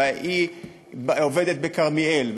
והאחת עובדת בכרמיאל,